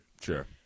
Sure